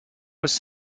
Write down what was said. was